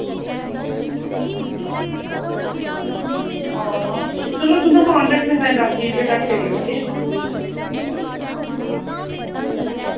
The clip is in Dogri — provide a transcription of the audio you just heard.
आं चलो तुंदा मन रक्खनऽ ताहीं दस्स बीह् रपे घट्ट करी ओड़गे